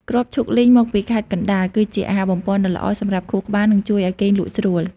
គ្រាប់ឈូកលីងមកពីខេត្តកណ្តាល គឺជាអាហារបំប៉នដ៏ល្អសម្រាប់ខួរក្បាល និងជួយឱ្យគេងលក់ស្រួល។